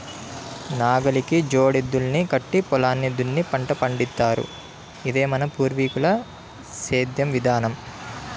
నాగలికి జోడెద్దుల్ని కట్టి పొలాన్ని దున్ని పంట పండిత్తారు, ఇదే మన పూర్వీకుల సేద్దెం విధానం